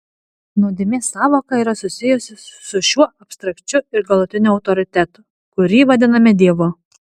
nuodėmės sąvoka yra susijusi su šiuo abstrakčiu ir galutiniu autoritetu kurį vadiname dievu